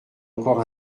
encore